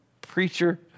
preacher